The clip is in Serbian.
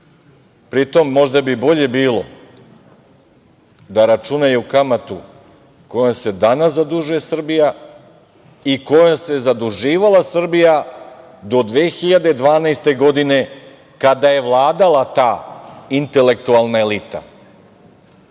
Pritom, možda bi bolje bilo da računaju kamatu kojom se danas zadužuje Srbija i kojom se zaduživala Srbija do 2012. godine, kada je vladala ta intelektualna elita.